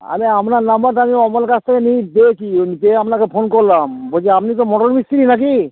আমি আপনার নম্বরটা আমি অমল কাছ থেকে নিই যেই আপনাকে ফোন করলাম বলছি আপনি তো মোটর মিস্ত্রি নাকি